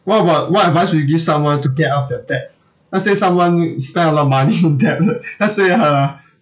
what about what advice would you give someone to get out of their debt let's say someone spend a lot of money in debt let's say her